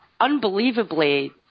unbelievably